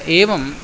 एवं